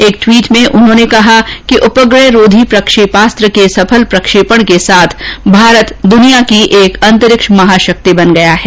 एक ट्वीट में उन्होंने कहा कि उपग्रहरोधी प्रक्षेपास्त्र के सफल प्रक्षेपण के साथ भारत दुनिया की एक अंतरिक्ष महाशक्ति बन गया है